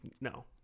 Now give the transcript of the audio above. no